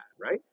right